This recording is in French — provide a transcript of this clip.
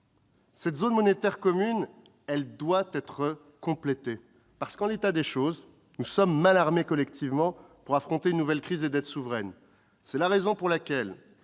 Cette zone monétaire commune doit être complétée. En effet, en l'état des choses, nous sommes mal armés collectivement pour affronter une nouvelle crise des dettes souveraines. C'est la raison pour laquelle